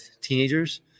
teenagers